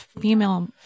female